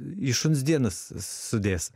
į šuns dienas sudės